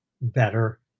better